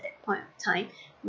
that point of time